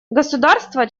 государства